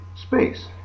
space